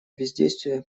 бездействия